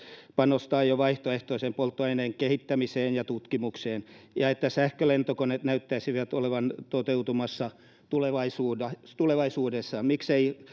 panostaa jo vaihtoehtoisen polttoaineen kehittämiseen ja tutkimukseen ja että sähkölentokoneet näyttäisivät olevan toteutumassa tulevaisuudessa tulevaisuudessa miksei